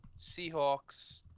Seahawks